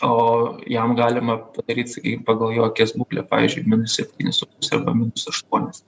o jam galima padaryt sakykim pagal jo akies būklę pavyzdžiui minus septynis su puse arba minus aštuonis